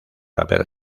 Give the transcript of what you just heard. haber